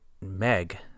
Meg